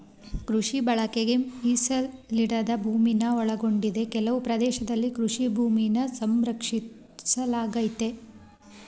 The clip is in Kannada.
ಕೃಷಿ ಬಳಕೆಗೆ ಮೀಸಲಿಡದ ಭೂಮಿನ ಒಳಗೊಂಡಿದೆ ಕೆಲವು ಪ್ರದೇಶದಲ್ಲಿ ಕೃಷಿ ಭೂಮಿನ ಸಂರಕ್ಷಿಸಲಾಗಯ್ತೆ